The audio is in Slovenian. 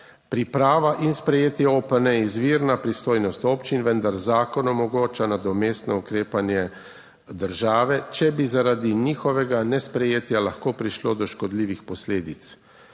Priprava in sprejetje OPN je izvirna pristojnost občin, vendar zakon omogoča nadomestno ukrepanje države, če bi zaradi njihovega nesprejetja lahko prišlo do škodljivih posledic.